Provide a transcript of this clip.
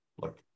look